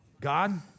God